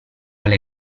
alle